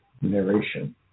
narration